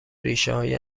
ریشههای